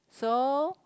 so